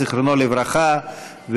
זיכרונו לברכה.